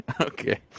Okay